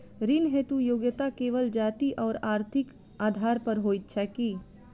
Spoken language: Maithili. ऋण हेतु योग्यता केवल जाति आओर आर्थिक आधार पर होइत छैक की?